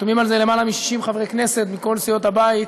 חתומים על זה למעלה מ-60 חברי כנסת מכל סיעות הבית,